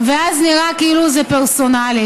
ואז נראה כאילו זה פרסונלי.